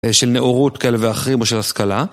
של נאורות כאלה ואחרים או של השכלה.